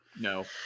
No